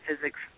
physics